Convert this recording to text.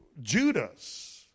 Judas